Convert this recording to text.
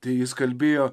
tai jis kalbėjo